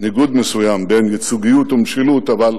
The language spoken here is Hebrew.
ניגוד מסוים בין ייצוגיות ומשילות, אבל